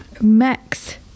Max